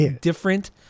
different